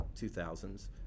2000s